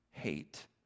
hate